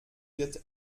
wird